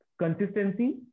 Consistency